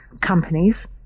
companies